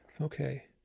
Okay